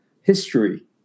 history